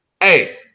hey